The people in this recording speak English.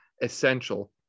essential